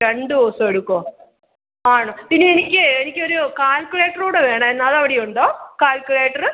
രണ്ടു ദിവസമെടുക്കുമോ ആണോ പിന്നെ എനിക്ക് എനിക്ക് ഒരു കാൽക്കുലേറ്റർ കൂടെ വേണമായിരുന്നു അത് അവിടെയുണ്ടോ കാൽക്കുലേറ്ററ്